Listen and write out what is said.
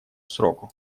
сроку